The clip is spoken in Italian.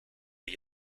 gli